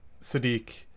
Sadiq